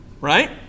Right